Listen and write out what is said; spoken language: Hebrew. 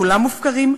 כולם מופקרים.